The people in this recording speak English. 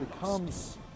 becomes